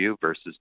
versus